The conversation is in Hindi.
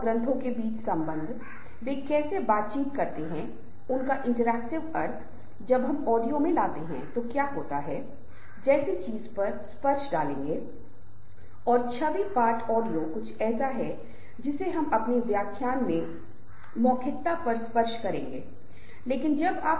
समूह की गतिशीलता का संबंध है कि समूह कैसे बनते हैं उनकी संरचना क्या होती है और इस प्रकार उनके कामकाज में किस प्रक्रिया का पालन किया जाता है समूह के भीतर सक्रियता और ताकतों से संबंधित है